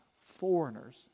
Foreigners